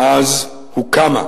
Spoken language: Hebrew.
מאז הוקמה.